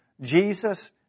Jesus